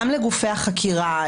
גם לגופי החקירה.